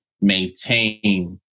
maintain